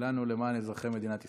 כולנו למען אזרחי מדינת ישראל.